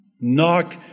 knock